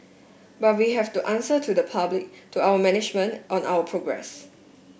but we have to answer to the public to our management on our progress